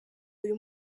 uyu